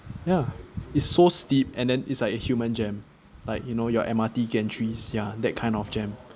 ya it's so steep and then it's like a human jam like you know your M_R_T gantry sia that kind of jam